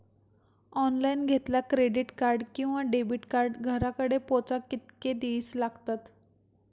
Online घेतला credit card किंवा debit card घराकडे पोचाक कितके दिस लागतत?